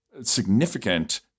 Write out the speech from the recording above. significant